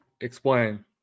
Explain